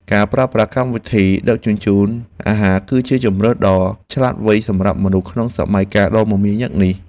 ការប្រើប្រាស់កម្មវិធីដឹកជញ្ជូនអាហារ គឺជាជម្រើសដ៏ឆ្លាតវៃសម្រាប់មនុស្សក្នុងសម័យកាលដ៏មមាញឹកនេះ។